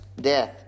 death